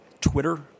Twitter